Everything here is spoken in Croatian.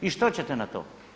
I što ćete na to?